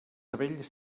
abelles